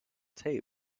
tape